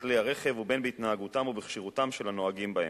בכלי הרכב ובין בהתנהגותם ובכשירותם של הנוהגים בהם.